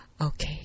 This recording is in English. Okay